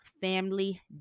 Family